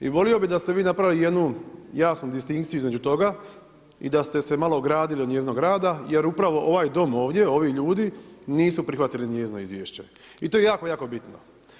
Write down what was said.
I volio bi da ste vi napravili jednu jasnu distinkciju između toga i da ste se malo ogradili od njezinog rada jer upravo ovaj Dom ovdje, ovi ljudi nisu prihvatili njezino izvješće i to je jako, jako bitno.